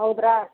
ಹೌದ್ರಾ